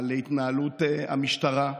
על התנהלות המשטרה.